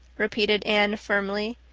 repeated anne firmly,